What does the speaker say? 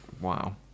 Wow